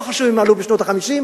לא חשוב אם עלו בשנות ה-50,